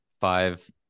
five